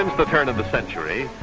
and the the turn of the century.